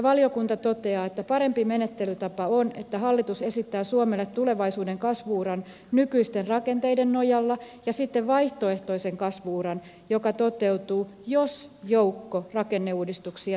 valiokunta toteaa että parempi menettelytapa on että hallitus esittää suomelle tulevaisuuden kasvu uran nykyisten rakenteiden nojalla ja sitten vaihtoehtoisen kasvu uran joka toteutuu jos joukko rakenneuudistuksia tehdään